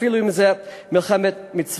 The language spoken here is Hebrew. אפילו אם זה מלחמת מצווה.